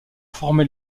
formé